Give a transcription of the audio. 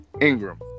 Ingram